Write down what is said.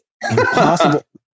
impossible